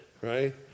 right